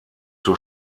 zur